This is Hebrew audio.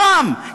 הפעם,